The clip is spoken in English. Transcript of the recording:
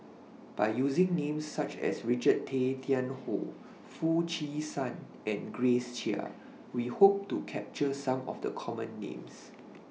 By using Names such as Richard Tay Tian Hoe Foo Chee San and Grace Chia We Hope to capture Some of The Common Names